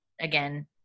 again